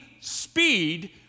speed